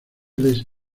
les